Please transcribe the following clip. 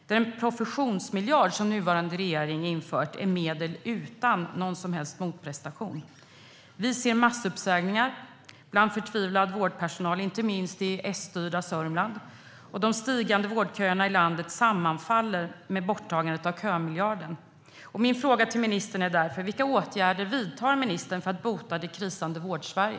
Den professionsmiljard som nuvarande regering har infört är medel utan någon som helst motprestation. Vi ser massuppsägningar bland förtvivlad vårdpersonal, inte minst i Sstyrda Sörmland. De växande vårdköerna i landet sammanfaller med borttagandet av kömiljarden. Min fråga till ministern är därför: Vilka åtgärder vidtar ministern för att bota det krisande Vårdsverige?